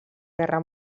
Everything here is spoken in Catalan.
guerra